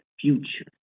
future